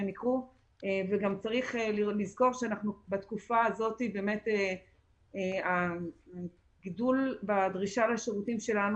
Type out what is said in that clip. צריך גם לזכור שבתקופה הזאת יש גידול בדרישה שלנו,